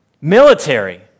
military